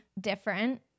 different